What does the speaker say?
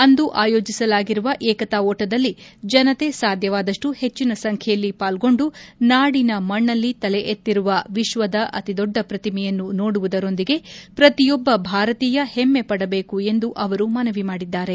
ಅಂದು ಆಯೋಜಿಸಲಾಗಿರುವ ಏಕತಾ ಓಟದಲ್ಲಿ ಜನತೆ ಸಾಧ್ಯವಾದಷ್ಟು ಹೆಚ್ಚಿನ ಸಂಖ್ಯೆಯಲ್ಲಿ ಪಾಲ್ಗೊಂಡು ನಾದಿನ ಮಣ್ಣಲ್ಲಿ ತಲೆ ಎತ್ತಿರುವ ವಿಶ್ವದ ಅತಿದೊಡ್ಡ ಪ್ರತಿಮೆಯನ್ನು ನೋಡುವುದರೊಂದಿಗೆ ಪ್ರತಿಯೊಬ್ಬ ಭಾರತೀಯ ಹೆಮ್ಮೆ ಪಡಬೇಕು ಎಂದು ಅವರು ಮನವಿ ಮಾಡಿದ್ದಾರೆ